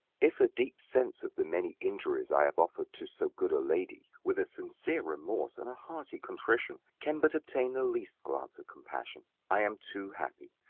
if a deep sense of the many injuries i have offered to so good a lady, with a sincere remorse and a hearty contrition, can but obtain the least glance of compassion. i am too happy.